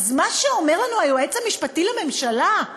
אז מה שאומר לנו היועץ המשפטי לממשלה,